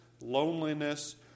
loneliness